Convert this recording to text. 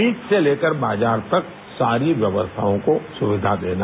बीज से लेकर बाजार तक सारी व्यवस्थाओं को सुविधा देना